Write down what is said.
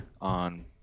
on –